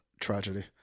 tragedy